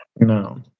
No